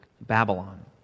Babylon